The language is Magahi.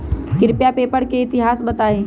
कृपया पेपर के इतिहास बताहीं